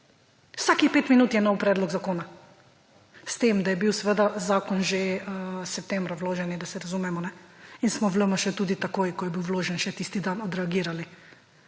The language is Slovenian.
Vsakih pet minut je nov predlog zakona. S tem, da je bil seveda zakon že septembra vložen, da se razumemo, in smo v LMŠ tudi takoj, ko je bil vložen, še tisti dan odreagirali,